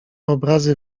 obrazy